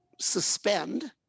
suspend